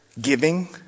giving